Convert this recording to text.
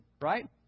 right